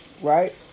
right